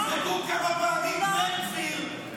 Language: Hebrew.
תבדקו כמה פעמים בן גביר,